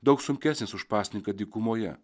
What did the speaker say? daug sunkesnis už pasninką dykumoje